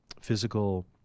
physical